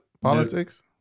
politics